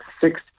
six